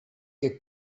che